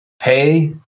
pay